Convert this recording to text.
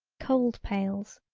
cold pails,